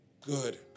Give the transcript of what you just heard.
good